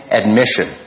admission